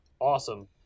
Awesome